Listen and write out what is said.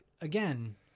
again